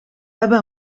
hebben